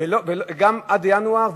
גם עד ינואר,